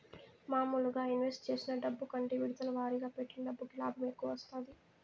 మాములుగా ఇన్వెస్ట్ చేసిన డబ్బు కంటే విడతల వారీగా పెట్టిన డబ్బుకి లాభం ఎక్కువ వత్తాది